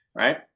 Right